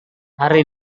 hari